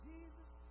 Jesus